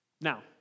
Now